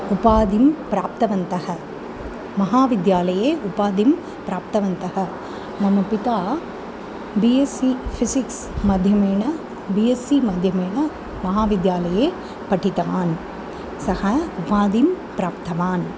उपाधिं प्राप्तवन्तः महाविद्यालये उपाधिं प्राप्तवन्तः मम पिता बि एस् सि फ़िसिक्स् माध्यमेन बि एस् सि माध्यमेन महाविद्यालये पठितवान् सः उपाधिं प्राप्तवान्